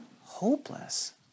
hopeless